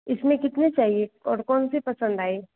इसमें कितनी चाहिए और कौन सी पसन्द आई